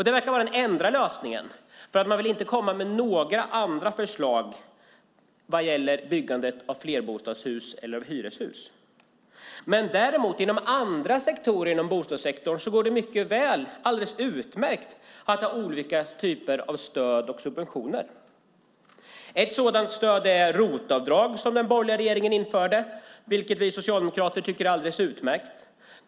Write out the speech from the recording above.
Det verkar vara den enda lösningen, för man vill inte komma med några andra förslag vad gäller byggandet av flerbostadshus eller hyreshus. Däremot går det mycket väl, alldeles utmärkt, att inom andra delar av bostadssektorn ha olika typer av stöd och subventioner. Ett sådant stöd är ROT-avdraget som den borgerliga regeringen införde, vilket vi socialdemokrater tycker är alldeles utmärkt.